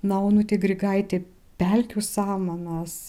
na onutė grigaitė pelkių samanas